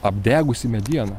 apdegusi mediena